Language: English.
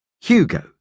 Hugo